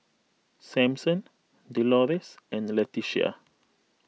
Sampson Delores and Leticia